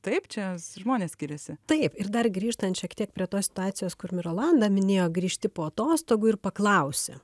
taip čia žmonės skiriasi taip ir dar grįžtant šiek tiek prie tos situacijos kur mirolanda minėjo grįžti po atostogų ir paklausi